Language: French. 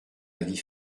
avis